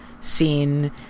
scene